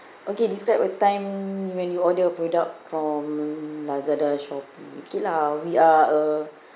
okay describe a time when you order a product from lazada shopee okay lah we are a